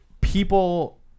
people